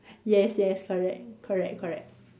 yes yes correct correct correct